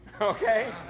okay